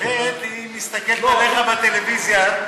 היא מסתכלת עליך בטלוויזיה.